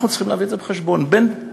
אנחנו צריכים להביא את זה בחשבון, בין